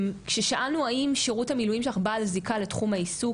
כששאלנו האם שירות המילואים שלך בעל זיקה לתחום העיסוק,